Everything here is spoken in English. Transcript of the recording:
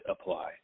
apply